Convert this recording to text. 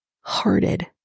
hearted